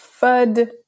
FUD